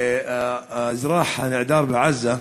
האזרח הנעדר בעזה,